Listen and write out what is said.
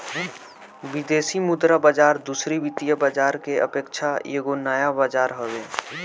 विदेशी मुद्रा बाजार दूसरी वित्तीय बाजार के अपेक्षा एगो नया बाजार हवे